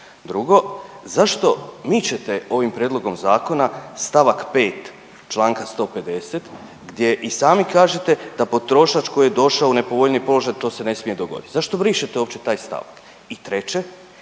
Drugo, zašto mičete ovim prijedlogom zakona st. 5. čl. 150. gdje i sami kažete da potrošač koji je došao u nepovoljniji položaj to se ne smije dogodit, zašto brišete uopće taj stavak?